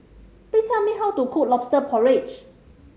please tell me how to cook Lobster Porridge